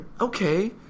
Okay